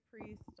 priest